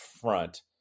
front